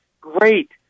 Great